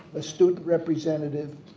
a student representative